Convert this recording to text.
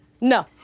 No